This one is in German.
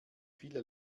viele